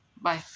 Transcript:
Bye